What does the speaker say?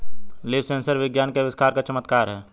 leaf sensor विज्ञान के आविष्कार का चमत्कार है